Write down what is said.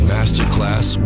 Masterclass